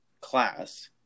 class